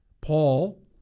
Paul